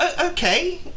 Okay